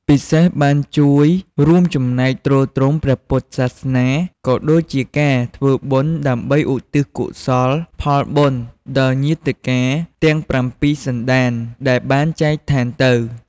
ពិសេសបានជួយរួមចំណែកទ្រទ្រង់ព្រះពុទ្ធសាសនា ក៏ដូចជាការធ្វើបុណ្យដើម្បីឧទ្ទិសកុសលផលបុណ្យដល់ញាតិកាទាំងប្រាំពីរសន្តានដែលបានចែកឋានទៅ។